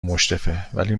مشرفه، ولی